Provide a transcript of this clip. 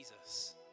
Jesus